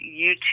YouTube